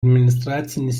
administracinis